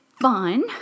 fun